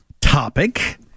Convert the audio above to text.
topic